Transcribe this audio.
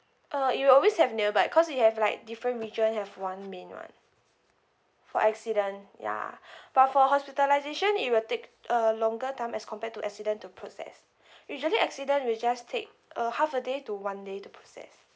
uh it'll always have nearby cause we have like different region have one main one for accident ya but for hospitalisation it will take a longer time as compared to accident to process usually accident will just take uh half a day to one day to process